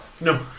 No